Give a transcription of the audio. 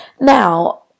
Now